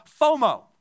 FOMO